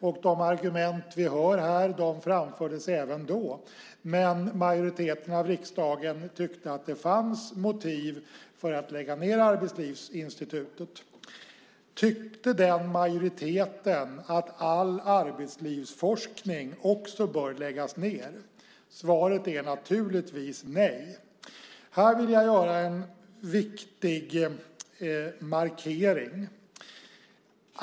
Och de argument som vi hör här framfördes även då. Men majoriteten av riksdagen tyckte att det fanns motiv för att lägga ned Arbetslivsinstitutet. Tyckte den majoriteten att all arbetslivsforskning också bör läggas ned? Svaret är naturligtvis nej. Här vill jag göra en viktig markering.